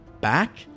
back